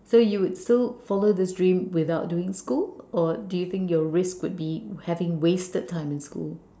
so you would still follow this dream without doing school or do you think your risk would be having wasted time in school